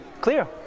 Clear